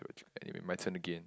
anyway my turn again